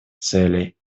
целей